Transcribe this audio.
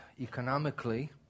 economically